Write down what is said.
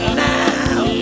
now